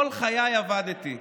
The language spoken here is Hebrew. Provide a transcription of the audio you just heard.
כל חיי עבדתי.